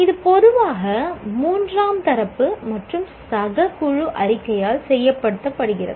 இது பொதுவாக மூன்றாம் தரப்பு மற்றும் சக குழு அறிக்கையால் செய்யப்படுகிறது